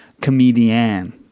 comedian